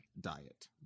Diet